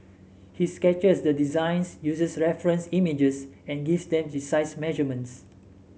he sketches the designs uses reference images and gives them precise measurements